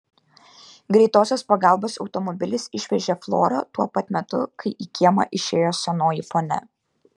greitosios pagalbos automobilis išvežė florą tuo pat metu kai į kiemą išėjo senoji ponia